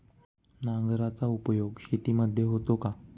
नांगराचा उपयोग शेतीमध्ये होतो का?